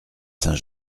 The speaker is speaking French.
saint